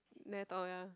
very tall ya